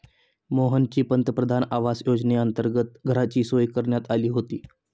मोहनची पंतप्रधान आवास योजनेअंतर्गत घराची सोय करण्यात आली होती